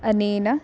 अनेन